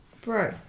Bro